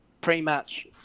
pre-match